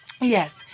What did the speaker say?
Yes